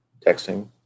texting